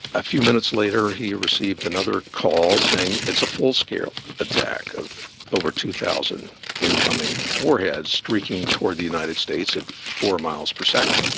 a few minutes later he received another call saying it's a full scale attack of over two thousand incoming warheads streaking towards the united states at four miles per second.